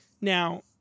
Now